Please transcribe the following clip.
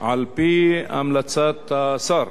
ועל-פי המלצת השר,